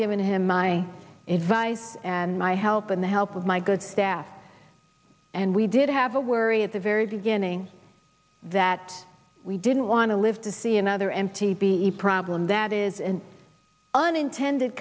given him my advice and my help and the help of my good staff and we did have a worry at the very beginning that we didn't want to live to see another m t b e problem that is an unintended